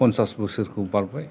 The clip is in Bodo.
पन्सास बोसोरखौ बारबाय